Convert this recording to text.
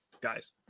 guys